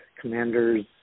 commanders